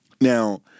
Now